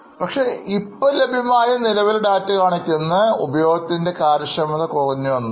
ക്ഷെ ഇപ്പോൾ ലഭ്യമായ നിലവിലെ ഡാറ്റ കാണിക്കുന്നത് ഉപയോഗത്തിന്റെ കാര്യക്ഷമത കുറഞ്ഞു എന്നാണ്